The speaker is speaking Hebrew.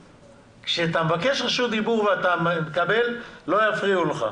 כשאתה מבקש רשות דיבור ואתה מקבל לא יפריעו לך.